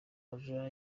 aja